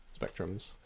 Spectrums